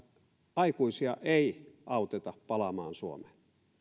aikuisia ei auteta palaamaan suomeen